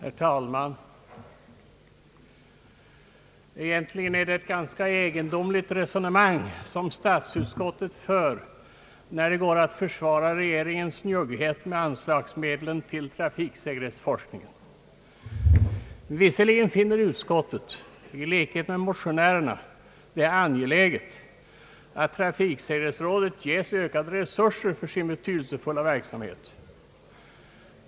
Herr talman! Egentligen är det ett ganska egendomligt resonemang statsutskottet för, när man går att försvara regeringens njugghet med anslagsmedel till trafiksäkerhetsforskning. Visserligen finner utskottet, i likhet med motionärerna, det angeläget att trafiksäkerhetsområdet ges ökade resurser för sin betydelsefulla verksamhet.